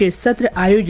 ah said that